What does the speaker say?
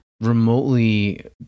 remotely